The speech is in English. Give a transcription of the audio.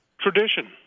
tradition